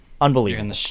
Unbelievable